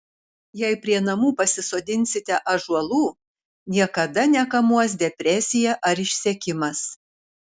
jei prie namų pasisodinsite ąžuolų niekada nekamuos depresija ar išsekimas